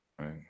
right